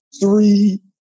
three